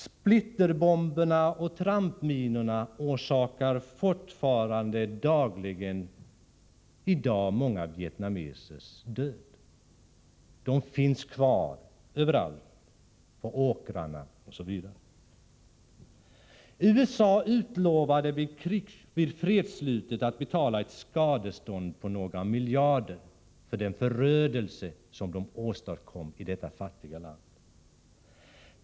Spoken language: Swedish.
Splitterbomberna och trampminorna orsakar fortfarande dagligen många vietnamesers död. De finns bl.a. kvar överallt på åkrarna. USA utlovade vid krigsslutet att betala ett skadestånd på några miljarder för den förödelse som man åstadkom i detta fattiga land.